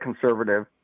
conservative